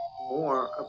more